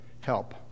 help